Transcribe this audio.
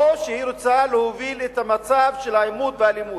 או שהיא רוצה להוביל את המצב של העימות והאלימות?